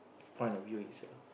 point of view is a